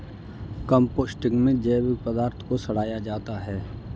composting में जैविक पदार्थ को सड़ाया जाता है